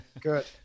Good